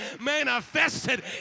manifested